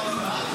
לא יודע.